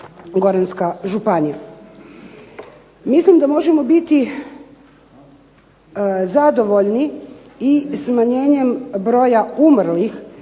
županija. Mislim da možemo biti i zadovoljni smanjenjem broja umrlih